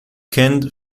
canned